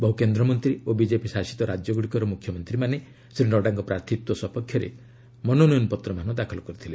ବହୁ କେନ୍ଦ୍ରମନ୍ତ୍ରୀ ଓ ବିଜେପି ଶାସିତ ରାକ୍ୟଗୁଡ଼ିକର ମୁଖ୍ୟମନ୍ତୀମାନେ ଶ୍ରୀ ନଡ୍ଜାଙ୍କ ପ୍ରାର୍ଥୀତ୍ୱ ସପକ୍ଷରେ ମନୋନୟନପତ୍ର ମାନ ଦାଖଲ କରିଥିଲେ